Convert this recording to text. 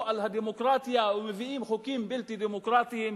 על הדמוקרטיה ומביאים חוקים בלתי דמוקרטיים.